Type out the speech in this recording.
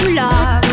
love